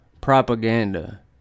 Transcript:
propaganda